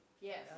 yes